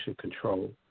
control